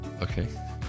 okay